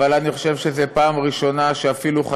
אבל אני חושב שזו פעם ראשונה שחשד